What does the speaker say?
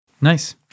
Nice